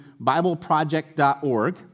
BibleProject.org